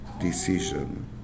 decision